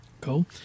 cool